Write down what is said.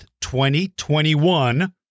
2021